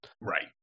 Right